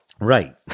Right